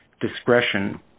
discretion